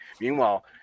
Meanwhile